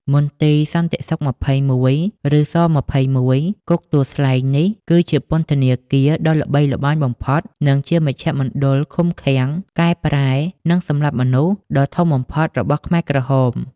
មន្ទីរសន្តិសុខ ២១ (ឬ ស-២១) គុកទួលស្លែង នេះគឺជាពន្ធនាគារដ៏ល្បីល្បាញបំផុត និងជាមជ្ឈមណ្ឌលឃុំឃាំង កែប្រែ និងសម្លាប់មនុស្សដ៏ធំបំផុតរបស់ខ្មែរក្រហម។